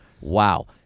Wow